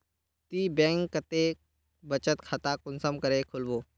ती बैंक कतेक बचत खाता कुंसम करे खोलबो?